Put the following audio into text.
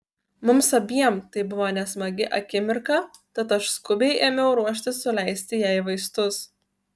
mums abiem tai buvo nesmagi akimirka tad aš skubiai ėmiau ruoštis suleisti jai vaistus